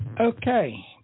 Okay